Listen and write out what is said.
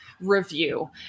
Review